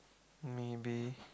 maybe